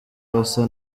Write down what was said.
basa